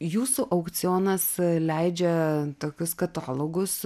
jūsų aukcionas leidžia tokius katalogus